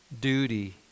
duty